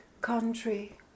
country